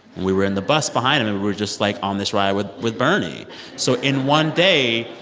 we were in the bus behind him, and we're just, like, on this ride with with bernie so in one day,